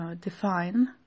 define